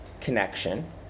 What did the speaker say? connection